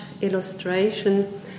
illustration